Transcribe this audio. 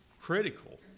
critical